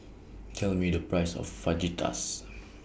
Tell Me The Price of Fajitas